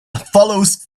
follows